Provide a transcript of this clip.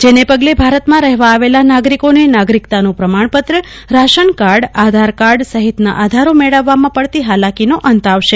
જેને પગલે ભારતમાં રહેવા આવેલા નાગરીકોન નાગરીકતાનું પ્રમાણપત્ર રાશનકાર્ડ આધારકાર્ડ સહિતના આધારો મેળવવામાં પડતો હાલાકીનો અંત આવશે